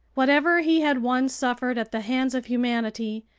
whatever he had once suffered at the hands of humanity,